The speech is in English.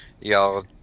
y'all